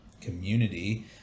community